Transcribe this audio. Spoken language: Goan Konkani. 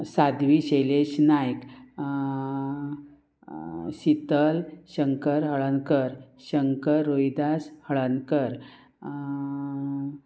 साधवी शैलेश नायक शितल शंकर हळदणकर शंकर रोहीदास हळदणकर